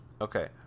Okay